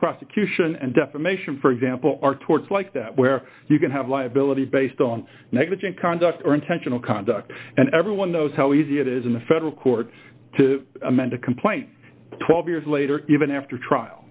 defamation for example are torts like that where you can have liability based on negligent conduct or intentional conduct and everyone knows how easy it is in the federal court to amend a complaint twelve years later even after a trial